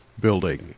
building